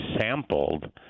sampled